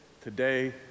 today